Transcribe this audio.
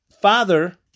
father